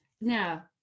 now